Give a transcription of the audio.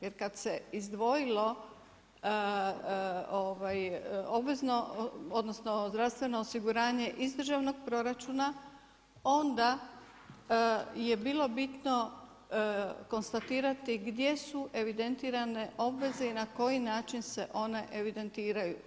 Jer kad se izdvojilo obvezno, odnosno zdravstveno osiguranje iz državnog proračuna onda je bilo bitno konstatirati gdje su evidentirane obveze i na koji način se one evidentiraju.